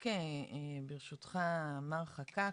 רק ברשותך, מר חקק,